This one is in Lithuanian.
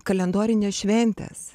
kalendorinės šventės